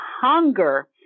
hunger